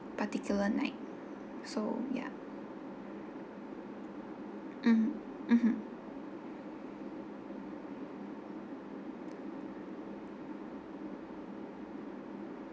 particular night so ya mm mmhmm